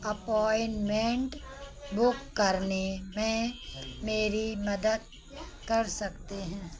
appointment book करने में मेरी मदद कर सकते हैं